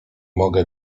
mogę